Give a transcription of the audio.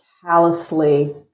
callously